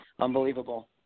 unbelievable